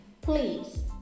Please